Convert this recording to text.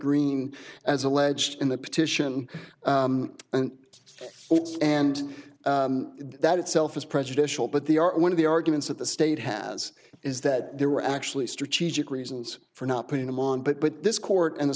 green as alleged in the petition and and that itself is prejudicial but they are one of the arguments that the state has is that there were actually strategic reasons for not putting them on but but this court and the